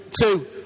two